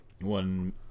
one